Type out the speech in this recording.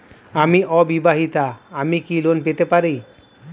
আমি অবিবাহিতা আমি কি লোন পেতে পারি?